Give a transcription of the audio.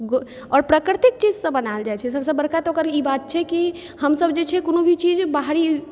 आओर प्राकृतिक चीजसँ बनायल जाइ छै सबसँ बड़का तऽ ओकर ई बात छै कि हमसब जे छै कोनो भी चीज बाहरी